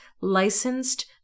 licensed